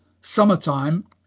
summertime